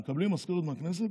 הם מקבלים משכורת מהכנסת.